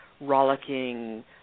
rollicking